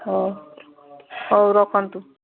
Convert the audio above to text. ହଉ ହଉ ରଖନ୍ତୁ